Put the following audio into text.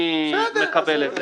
אני מקבל את זה.